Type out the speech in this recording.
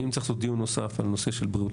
אם צריך לעשות דיון נוסף על נושא של בריאות